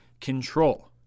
control